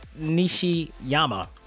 Nishiyama